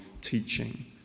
teaching